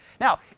Now